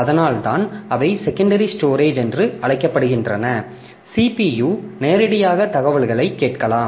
அதனால்தான் அவை secondary storage என்று அழைக்கப்படுகின்றன CPU நேரடியாக தகவல்களைக் கேட்கலாம்